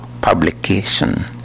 Publication